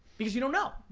because you don't know,